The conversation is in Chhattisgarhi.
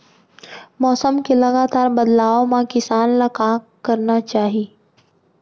मौसम के लगातार बदलाव मा किसान ला का करना चाही?